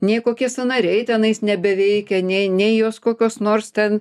nei kokie sąnariai tenais nebeveikia nei nei jos kokios nors ten